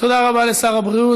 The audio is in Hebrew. תודה רבה לשר הבריאות.